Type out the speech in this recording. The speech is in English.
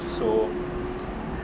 so